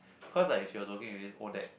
cause like she was working already is Odac